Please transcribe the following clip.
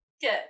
Good